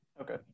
Okay